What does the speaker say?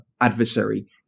adversary